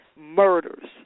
murders